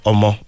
Omo